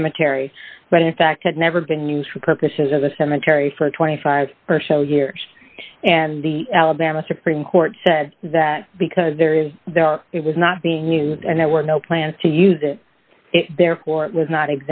cemetery but in fact had never been used for purposes of the cemetery for twenty five years and the alabama supreme court said that because there is there it was not being used and there were no plans to use it therefore it was not